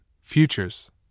futures